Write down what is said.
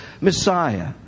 Messiah